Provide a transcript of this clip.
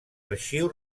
arxiu